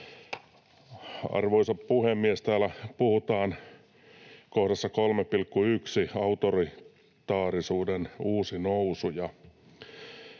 Arvoisa puhemies! Täällä kohdassa 3.1 Autoritaarisuuden uusi nousu